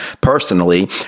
personally